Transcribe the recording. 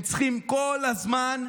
הם צריכים כל הזמן.